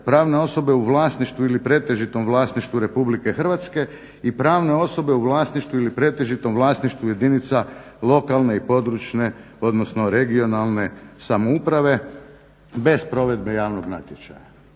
pravne osobe u vlasništvu ili pretežitom vlasništvu Republike Hrvatske i pravne osobe u vlasništvu ili pretežitom vlasništvu jedinica lokalne i područne, odnosno regionalne samouprave bez provedbe javnog natječaja.